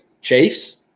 chiefs